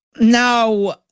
now